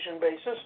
basis